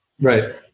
Right